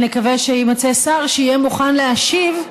ונקווה שיימצא שר שיהיה מוכן להשיב,